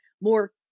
more